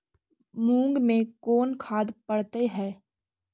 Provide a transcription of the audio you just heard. मुंग मे कोन खाद पड़तै है?